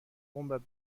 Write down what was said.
عمرت